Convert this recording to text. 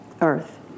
earth